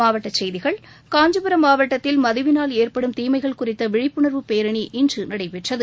மாவட்டச் செய்திகள் காஞ்சிபுரம் மாவட்டத்தில் மதுவினால் ஏற்படும் தீமைகள் குறித்த விழிப்புணர்வு பேரணி இன்று நடைபெற்றது